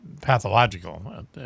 pathological